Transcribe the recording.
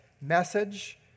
message